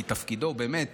כי תפקידו באמת